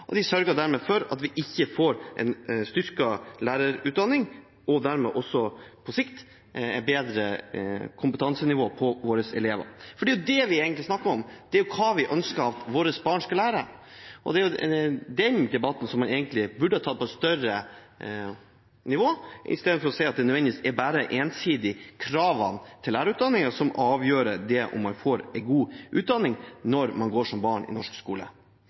nord. De sørger dermed for at vi ikke får en styrket lærerutdanning og dermed også på sikt et høyere kompetansenivå blant våre elever. Det er jo det vi egentlig snakker om – hva vi ønsker at våre barn skal lære. Det er den debatten man burde tatt til et høyere nivå i stedet for å si at det ensidig er kravene til lærerutdanningen som avgjør om barna får en god utdanning i norsk skole.